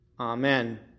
Amen